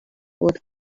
what